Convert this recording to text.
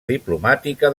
diplomàtica